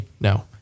no